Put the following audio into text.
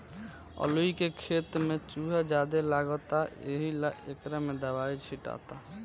अलूइ के खेत में चूहा ज्यादे लगता एहिला एकरा में दवाई छीटाता